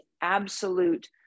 absolute